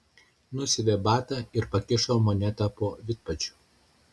nusiavė batą ir pakišo monetą po vidpadžiu